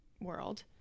world